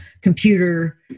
computer